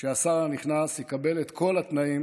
שהשר הנכנס יקבל את כל התנאים